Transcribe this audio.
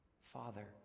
Father